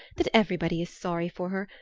that everybody is sorry for her,